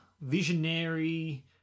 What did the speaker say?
visionary